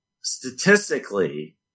statistically